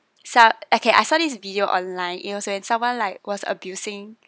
so okay I saw this video online it was when someone like was abusing